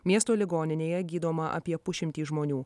miesto ligoninėje gydoma apie pusšimtį žmonių